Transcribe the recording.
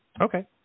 Okay